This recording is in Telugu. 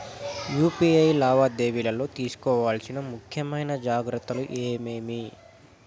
యు.పి.ఐ లావాదేవీలలో తీసుకోవాల్సిన ముఖ్యమైన జాగ్రత్తలు ఏమేమీ?